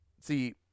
See